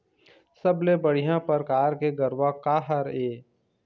सबले बढ़िया परकार के गरवा का हर ये?